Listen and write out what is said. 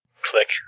Click